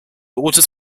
orders